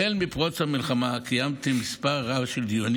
החל מפרוץ המלחמה קיימתי מספר רב של דיונים